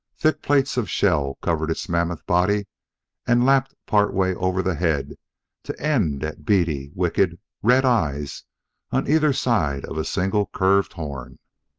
thick plates of shell covered its mammoth body and lapped part way over the head to end at beady, wicked, red eyes on either side of a single curved horn.